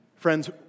Friends